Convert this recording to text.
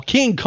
King